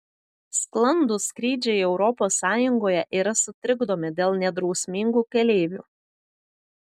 sklandūs skrydžiai europos sąjungoje yra sutrikdomi dėl nedrausmingų keleivių